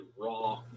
raw